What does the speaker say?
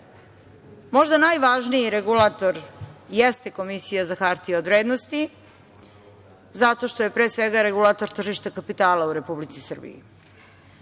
Možda najvažniji regulator jeste Komisija za hartije od vrednosti, zato što je pre svega, regulator tržišta kapitala u Republici Srbiji. Važno